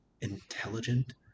intelligent